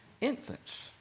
infants